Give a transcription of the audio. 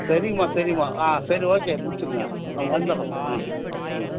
சரிம்மா சரிம்மா ஆ சரி ஓகே முடிச்சுருங்க நாங்கள் வந்துடுறோம்மா ஆ ம்